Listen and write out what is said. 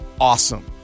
awesome